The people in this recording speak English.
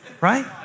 right